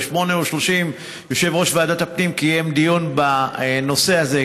ב-08:30 יושב-ראש ועדת הפנים קיים דיון בנושא הזה,